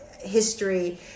history